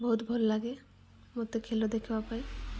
ବହୁତ ଭଲ ଲାଗେ ମୋତେ ଖେଳ ଦେଖିବା ପାଇଁ